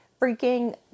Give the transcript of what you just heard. freaking